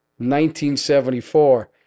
1974